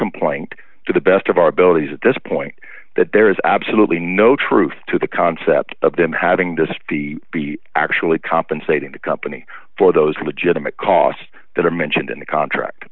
complaint to the best of our abilities at this point that there is absolutely no truth to the concept of them having just the b actually compensating the company for those legitimate costs that are mentioned in the contract